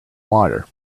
water